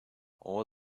all